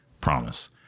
Promise